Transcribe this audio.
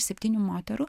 iš septynių moterų